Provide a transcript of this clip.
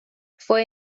fue